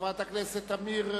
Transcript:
חברת הכנסת תמיר,